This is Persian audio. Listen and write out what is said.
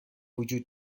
وجود